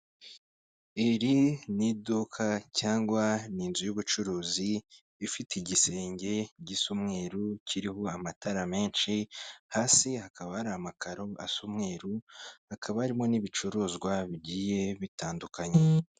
Iri ni iduka cyangwa ni inzu y'ubucuruzi ifite igisenge gisa umweru kiriho amatara menshi, hasi hakaba hari amakaro asa umweru, hakaba harimo n'ibicuruzwa bigiye bitandukanye.